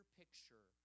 picture